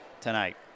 tonight